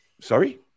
Sorry